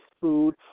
food